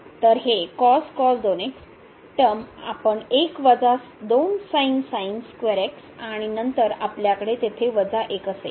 तर हे टर्म आपण 1 वजा आणि नंतर आपल्याकडे तेथे वजा 1 असेल